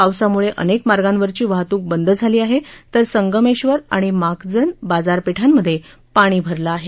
पावसामुळे अनेक मार्गावरची वाहतूक बंद झाली आहे तर संगमेबर आणि माखजन बाजारपेठांमध्ये पाणी भरलं आहे